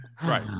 Right